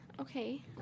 okay